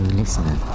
listener